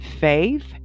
faith